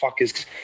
fuckers